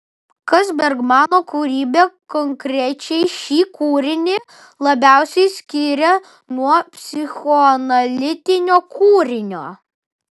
kas bergmano kūrybą konkrečiai šį kūrinį labiausiai skiria nuo psichoanalitinio kūrinio